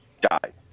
died